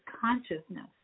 consciousness